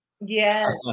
Yes